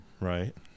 Right